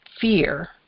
fear